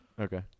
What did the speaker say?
Okay